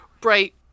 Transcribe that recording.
bright